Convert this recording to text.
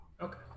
Okay